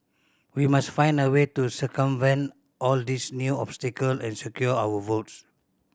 we must find a way to circumvent all these new obstacle and secure our votes